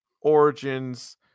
Origins